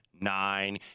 Nine